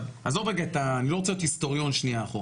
אני לא רוצה להיות היסטוריון אחורה.